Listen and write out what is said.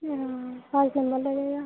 हाँ पाँच नम्बर लगेगा